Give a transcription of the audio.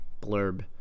blurb